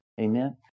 Amen